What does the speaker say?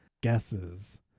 guesses